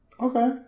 Okay